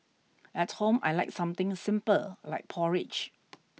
at home I like something simple like porridge